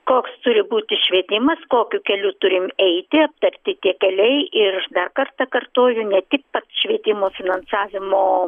koks turi būti švietimas kokiu keliu turim eiti aptarti tie keliai ir dar kartą kartoju ne tik švietimo finansavimo